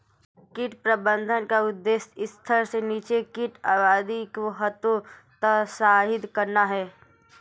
कीट प्रबंधन का उद्देश्य स्तर से नीचे कीट आबादी को हतोत्साहित करना है